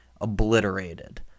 obliterated